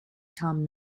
tom